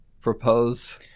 propose